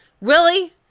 Willie